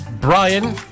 Brian